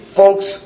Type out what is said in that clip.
folks